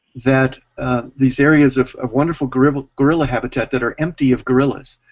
that these areas of of wonderful gorilla gorilla habitat that are empty of gorillas.